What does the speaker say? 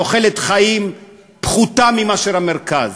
תוחלת חיים פחותה מזו של המרכז.